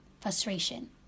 frustration